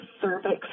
cervix